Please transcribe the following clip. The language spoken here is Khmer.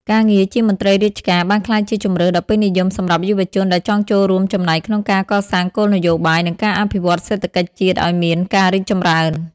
ការងារជាមន្ត្រីរាជការបានក្លាយជាជម្រើសដ៏ពេញនិយមសម្រាប់យុវជនដែលចង់ចូលរួមចំណែកក្នុងការកសាងគោលនយោបាយ និងការអភិវឌ្ឍសេដ្ឋកិច្ចជាតិឱ្យមានការរីកចម្រើន។